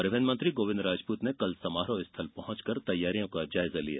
परिवहन मंत्री गोविंद राजपूत ने कल समारोह स्थल पहुंचकर तैयारियों का जायजा लिया